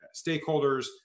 stakeholders